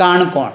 Canacona